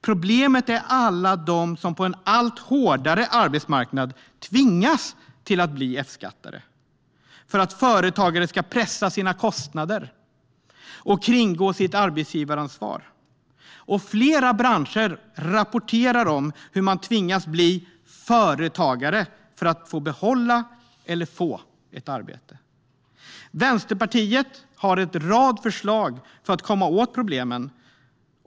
Problemet är alla de som på en allt hårdare arbetsmarknad tvingas bli F-skattare för att företagare ska pressa sina kostnader och kringgå sitt arbetsgivaransvar. Flera branscher rapporterar om hur man tvingas bli "företagare" för att behålla eller få ett arbete. Vänsterpartiet har en rad förslag för att komma åt detta.